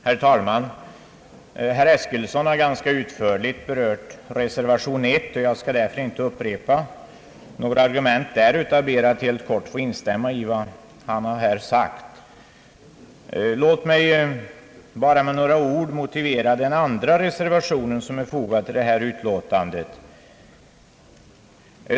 Herr talman! Herr Eskilsson har ganska utförligt behandlat reservation nr 1. Jag skall därför inte upprepa några argument i det fallet utan ber helt kort att få instämma i vad herr Eskilsson har sagt. Låt mig bara med några ord få motivera den andra reservation som är fogad till detta utlåtande.